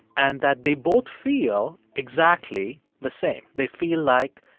and that they both feel exactly the same. they feel like,